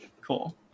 Cool